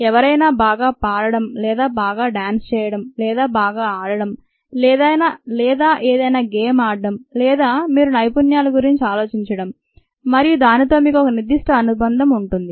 ఎవరైనా బాగా పాడడం లేదా బాగా డ్యాన్స్ చేయడం లేదా బాగా ఆడడం లేదా ఏదైనా గేమ్ ఆడటం లేదా మీరు నైపుణ్యాల గురించి ఆలోచించడం మరియు దానితో మీకు ఒక నిర్ధిష్ట అనుబంధం ఉంటుంది